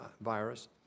virus